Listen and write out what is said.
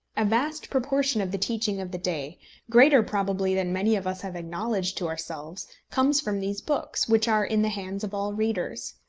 a vast proportion of the teaching of the day greater probably than many of us have acknowledged to ourselves comes from these books, which are in the hands of all readers.